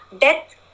death